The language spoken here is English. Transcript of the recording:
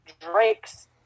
Drake's